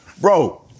Bro